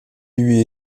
lui